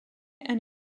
and